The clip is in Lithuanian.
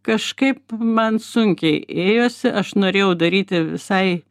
kažkaip man sunkiai ėjosi aš norėjau daryti visai